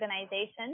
organization